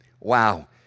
Wow